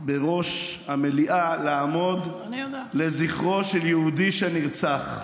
בראש המליאה לעמוד לזכרו של יהודי שנרצח.